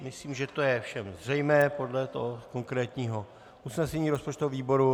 Myslím, že to je všem zřejmé podle konkrétního usnesení rozpočtového výboru.